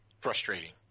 frustrating